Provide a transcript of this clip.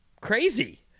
crazy